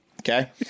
Okay